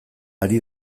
ari